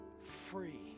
free